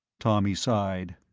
tommy sighed.